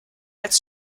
als